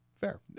Fair